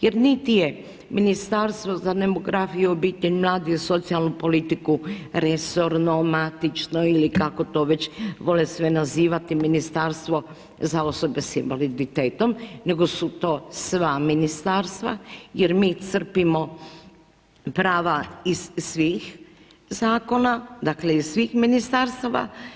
Jer niti je Ministarstvo za demografiju, obitelj, mlade i socijalnu politiku resorno, matično ili kako to već vole sve nazivati ministarstvo za osobe sa invaliditetom, nego su to sva ministarstva jer mi crpimo prava iz svih zakona, dakle iz svih ministarstava.